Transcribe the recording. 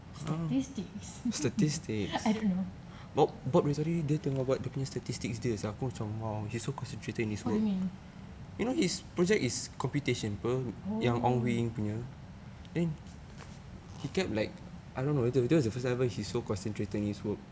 statistics I don't know what do you mean oh